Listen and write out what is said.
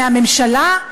מהממשלה,